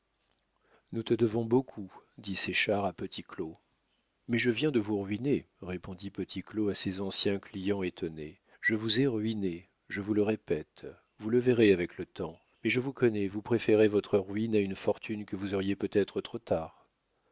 nous te devons beaucoup dit séchard à petit claud mais je viens de vous ruiner répondit petit claud à ses anciens clients étonnés je vous ai ruinés je vous le répète vous le verrez avec le temps mais je vous connais vous préférez votre ruine à une fortune que vous auriez peut-être trop tard